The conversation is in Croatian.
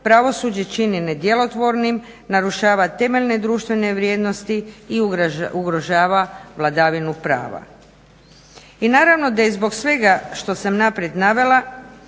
pravosuđe čini nedjelotvornim, narušava temeljne društvene vrijednosti i ugrožava vladavinu prava. I naravno da je zbog svega što sam naprijed navela